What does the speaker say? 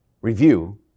review